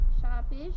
Sharpish